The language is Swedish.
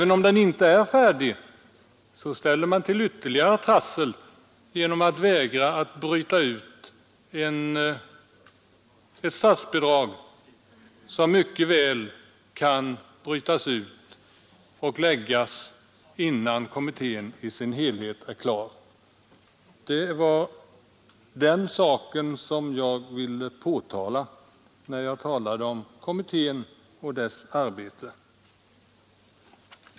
Men när den nu inte är färdig ställer man till ytterligare trassel genom att vägra att bryta ut en statsbidragsfråga som mycket väl kan lösas innan kommittéarbetet i dess helhet är klart. Det var den saken jag ville påtala när jag berörde kommittén och dess arbete.